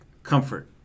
comfort